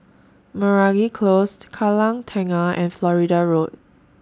Meragi Close Kallang Tengah and Florida Road